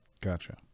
gotcha